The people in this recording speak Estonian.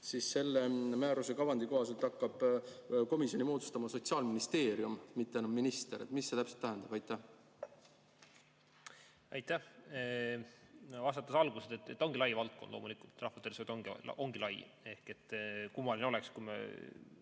siis selle määruse kavandi kohaselt hakkab komisjoni moodustama Sotsiaalministeerium, mitte ainult minister. Mis see täpselt tähendab? Aitäh! Vastan algusest. See ongi lai valdkond, loomulikult, rahvatervishoid ongi lai. Kummaline oleks, kui me